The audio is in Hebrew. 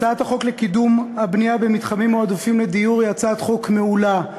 הצעת החוק לקידום הבנייה במתחמים מועדפים לדיור היא הצעת חוק מעולה.